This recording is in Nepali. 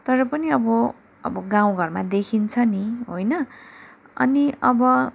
तर पनि अब अब गाउँ घरमा देखिन्छ नि होइन अनि अब